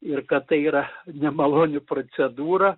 ir kad tai yra nemaloni procedūra